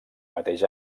mateix